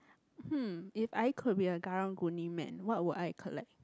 hmm if I could be a karang-guni man what would I collect